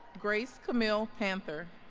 grace camille panther